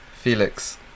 Felix